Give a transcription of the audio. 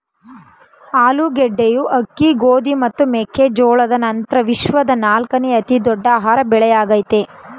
ಆಲೂಗಡ್ಡೆಯು ಅಕ್ಕಿ ಗೋಧಿ ಮತ್ತು ಮೆಕ್ಕೆ ಜೋಳದ ನಂತ್ರ ವಿಶ್ವದ ನಾಲ್ಕನೇ ಅತಿ ದೊಡ್ಡ ಆಹಾರ ಬೆಳೆಯಾಗಯ್ತೆ